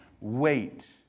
wait